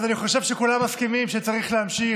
אז אני חושב שכולם מסכימים שצריך להמשיך,